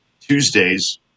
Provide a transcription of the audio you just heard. Tuesdays